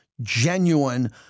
genuine